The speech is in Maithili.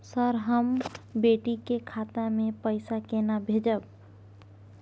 सर, हम बेटी के खाता मे पैसा केना भेजब?